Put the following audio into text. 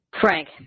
Frank